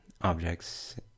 objects